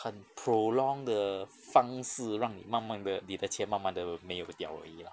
很 prolong 的方式让你慢慢的你的钱慢慢的没有掉而已 lah